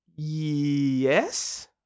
yes